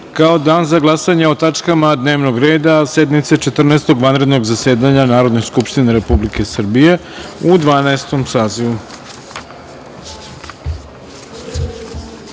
kao Dan za glasanje o tačkama dnevnog reda sednice Četrnaestog vanrednog zasedanja Narodne skupštine Republike Srbije u Dvanaestom